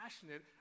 passionate